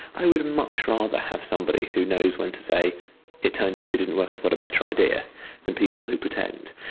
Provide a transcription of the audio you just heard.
i would much rather have somebody who knows when to say it turned out it didn't work, i've got a better idea' than people who pretend.